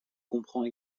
comprend